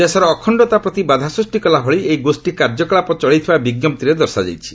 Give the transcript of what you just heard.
ଦେଶର ଅଖଣ୍ଡତା ପ୍ରତି ବାଧା ସୃଷ୍ଟି କଲା ଭଳି ଏହି ଗୋଷ୍ଠୀ କାର୍ଯ୍ୟକଳାପ ଚଳାଇଥିବା ବିଜ୍ଞପ୍ତିରେ ଦର୍ଶାଯାଇଛି